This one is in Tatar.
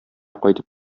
кайтып